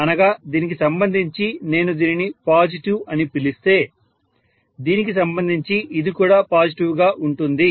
అనగా దీనికి సంబంధించి నేను దీనిని పాజిటివ్ అని పిలుస్తే దీనికి సంబంధించి ఇది కూడా పాజిటివ్ గా ఉంటుంది